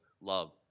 love